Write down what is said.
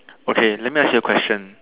okay let me ask you a question